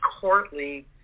courtly